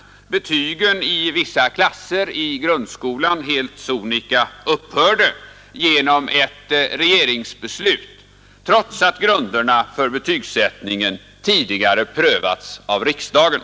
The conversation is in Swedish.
m. betygen i vissa klasser i grundskolan helt sonika togs bort genom ett regeringsbeslut, trots att grunderna för betygssättningen tidigare har Årets granskprövats av riksdagen.